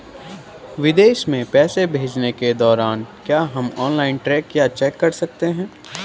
विदेश में पैसे भेजने के दौरान क्या हम ऑनलाइन ट्रैक या चेक कर सकते हैं?